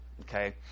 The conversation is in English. okay